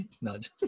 nudge